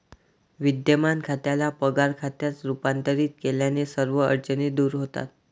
विद्यमान खात्याला पगार खात्यात रूपांतरित केल्याने सर्व अडचणी दूर होतात